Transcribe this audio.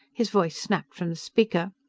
his voice snapped from the speaker